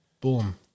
Boom